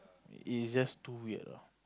it's just too weird lah